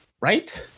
right